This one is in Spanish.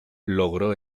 logró